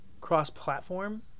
cross-platform